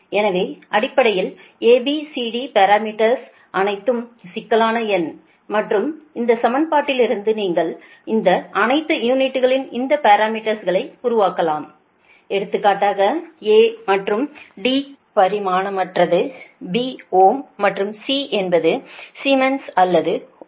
எனவே அடிப்படையில் A B C D parameters அனைத்தும் சிக்கலான எண் மற்றும் இந்த சமன்பாட்டிலிருந்து நீங்கள் இந்த அனைத்து யூனிட்களின் இந்த பாரமீட்டர்ஸ்களை உருவாக்கலாம் எடுத்துக்காட்டாக A மற்றும் D பரிமாணமற்றது B ஓம் மற்றும் C என்பது சீமென்ஸ் அல்லது Mho